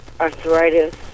arthritis